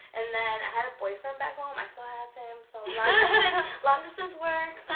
and then i had a boyfriend back home. i still have him, so long distance work.